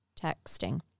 texting